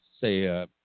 say